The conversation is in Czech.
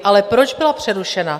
Ale proč byla přerušena?